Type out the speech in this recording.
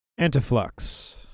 Antiflux